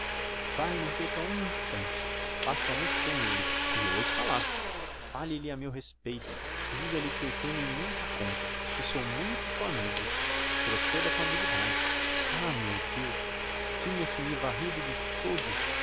e não perca um instante passe a noite com elle e oiça lá fale lhe a meu respeito diga-lhe que o tenho em muita conta que sou muito sua amiga proceda com habilidade ah meu deus tinha se me varrido de todo